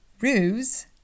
ruse